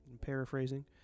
paraphrasing